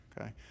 Okay